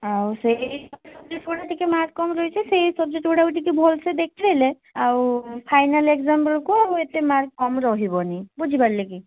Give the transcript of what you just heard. ଆଉ ସେହି ସବଜେକ୍ଟଗୁଡ଼ା ଟିକିଏ ମାର୍କ କମ୍ ରହିଛି ସେହି ସବଜେକ୍ଟ ଗୁଡ଼ାକୁ ଟିକିଏ ଭଲସେ ଦେଖେଇଲେ ଆଉ ଫାଇନାଲ୍ ଏଗ୍ଜାମ୍ ବେଳକୁ ଆଉ ଏତେ ମାର୍କ କମ୍ ରହିବନି ବୁଝିପାରିଲେ କି